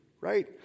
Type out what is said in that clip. Right